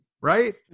right